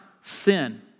sin